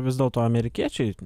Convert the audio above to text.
vis dėlto amerikiečiai